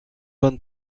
vingt